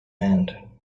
hand